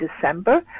december